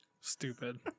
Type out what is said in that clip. Stupid